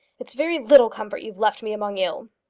it's very little comfort you've left me among you.